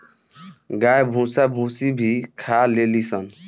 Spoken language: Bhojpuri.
गाय भूसा भूसी भी खा लेली सन